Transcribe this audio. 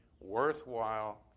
worthwhile